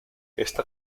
esta